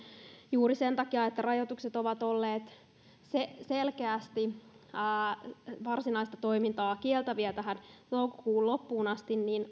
juuri sen takia että rajoitukset ovat olleet selkeästi varsinaista toimintaa kieltäviä tähän toukokuun loppuun asti niin